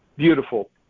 Beautiful